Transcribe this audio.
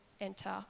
enter